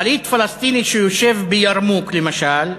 פליט פלסטיני שיושב בירמוכ, למשל,